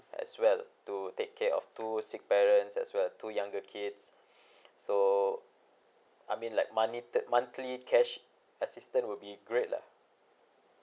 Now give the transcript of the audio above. as well to take care of two sick parents as well two younger kids so I mean like monthly thir~ monthly cash assistant will be great lah